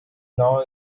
now